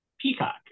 Peacock